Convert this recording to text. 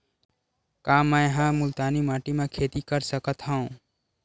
का मै ह मुल्तानी माटी म खेती कर सकथव?